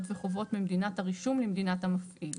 וחובות ממדינת הרישום למדינת המפעיל.